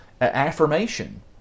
affirmation